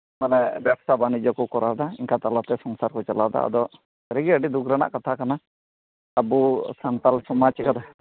ᱢᱟᱱᱮ ᱵᱮᱵᱽᱥᱟ ᱵᱟᱱᱤᱡᱡᱚ ᱠᱚ ᱠᱚᱨᱟᱣ ᱮᱫᱟ ᱚᱱᱠᱟ ᱛᱟᱞᱟᱛᱮ ᱥᱚᱝᱥᱟᱨ ᱠᱚ ᱪᱟᱞᱟᱣ ᱮᱫᱟ ᱟᱫᱚ ᱥᱟᱹᱨᱤᱜᱮ ᱟᱹᱰᱤ ᱫᱩᱠ ᱨᱮᱱᱟᱜ ᱠᱟᱛᱷᱟ ᱠᱟᱱᱟ ᱟᱵᱚ ᱥᱟᱱᱛᱟᱲ ᱥᱚᱢᱟᱡᱽ ᱨᱮᱦᱚᱸ